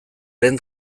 lehen